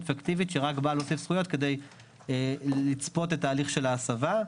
פיקטיבית שרק באה להוסיף זכויות כדי לצפות את ההליך של ההסבה,